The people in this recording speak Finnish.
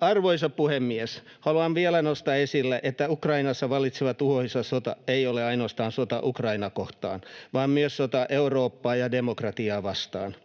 Arvoisa puhemies! Haluan vielä nostaa esille, että Ukrainassa vallitseva tuhoisa sota ei ole ainoastaan sota Ukrainaa kohtaan, vaan myös sota Eurooppaa ja demokratiaa vastaan.